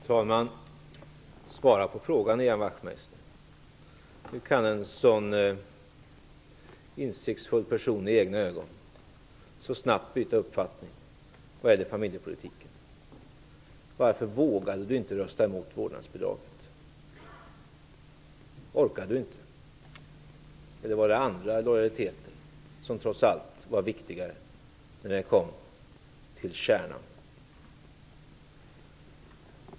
Fru talman! Svara på frågan, Ian Wachtmeister. Hur kan en så insiktsfull person i egna ögon så snabbt byta uppfattning vad gäller familjepolitiken? Varför vågade Ian Wachtmeister inte rösta emot vårdnadsbidraget? Orkade han inte, eller var det andra lojaliteter som trots allt var viktigare när det kom till kärnan?